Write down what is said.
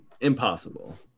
impossible